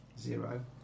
zero